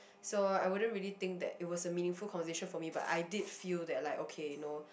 so I wouldn't really think that it was a meaningful conversation for me but I did feel that like okay you know